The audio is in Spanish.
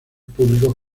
públicos